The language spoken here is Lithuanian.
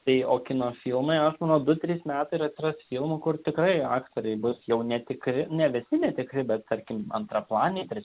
tai o kino filmai aš manau du trys metai ir atsiras filmų kur tikrai aktoriai bus jau netikri ne visi netikri bet tarkim antraplaniai tre